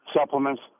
supplements